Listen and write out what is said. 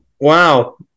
Wow